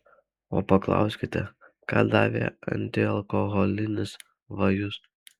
o paklauskite ką davė antialkoholinis vajus